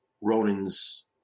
Ronan's